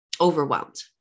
overwhelmed